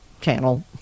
channel